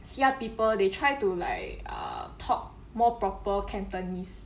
siap people they try to like uh talk more proper cantonese